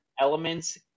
elements